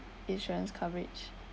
insurance coverage